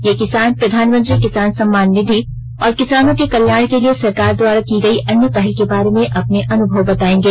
ये किसान प्रधानमंत्री किसान सम्मान निधि और किसानों के कल्याण के लिए सरकार द्वारा की गई अन्य पहल के बारे में अपने अन्भव बताएंगे